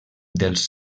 dels